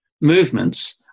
movements